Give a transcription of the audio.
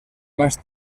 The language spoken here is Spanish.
más